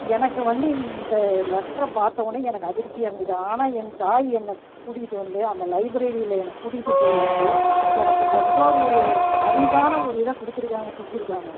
எனக்கு வந்து இந்த லெட்டர பார்த்தவுனே எனக்கு அதிர்ச்சியாக இருந்தது ஆனால் என் தாய் என்ன கூட்டிக்கிட்டு வந்து அந்த லைப்ரரியில என்ன கூட்டிக்கிட்டுப் போய் வச்சு எனக்கு எவ்வளோ ஒரு அறிவான ஒரு இதை கொடுத்துருக்காங்க செஞ்சி இருக்காங்க